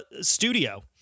studio